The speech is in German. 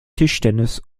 tischtennis